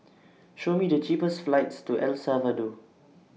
Show Me The cheapest flights to El Salvador